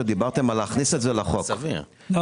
שדיברתם על להכניס את זה לחוק --- אני